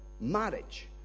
marriage